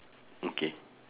okay